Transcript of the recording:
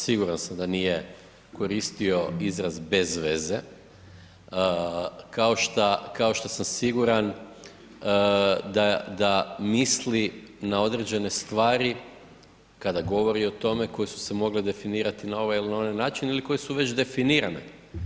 Siguran sam da nije koristio izraz bezveze, kao šta sam siguran da misli na određene stvari kada govori o tome koje su se mogle definirati na ovaj ili na onaj način ili koje su već definirane.